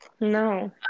No